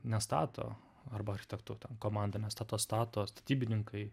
nestato arba architektų komanda nestato stato statybininkai